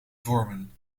vormen